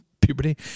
puberty